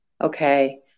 Okay